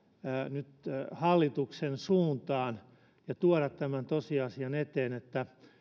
nyt hallituksen suuntaan ja tuoda tämän tosiasian eteen että